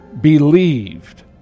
believed